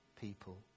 people